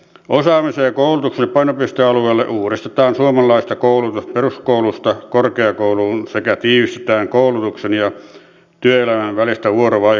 osaamisen ja koulutuksen painopistealueella uudistetaan suomalaista koulutusta peruskoulusta korkeakouluun sekä tiivistetään koulutuksen ja työelämän välistä vuorovaikutusta